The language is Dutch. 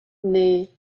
nee